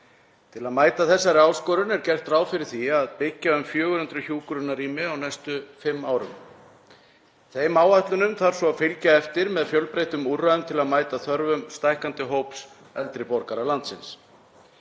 Til að mæta þessari áskorun er gert ráð fyrir því að byggja um 400 hjúkrunarrými á næstu fimm árum. Þeim áætlunum þarf svo að fylgja eftir með fjölbreyttum úrræðum til að mæta þörfum stækkandi hóps eldri borgara landsins.